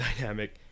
dynamic